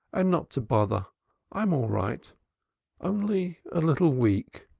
and not to bother i'm all right only a little weak,